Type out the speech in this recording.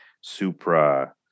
Supra